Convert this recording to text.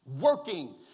Working